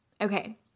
Okay